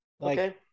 Okay